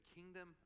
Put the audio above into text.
kingdom